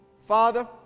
Father